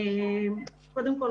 קודם כול,